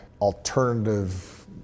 alternative